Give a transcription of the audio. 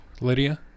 Lydia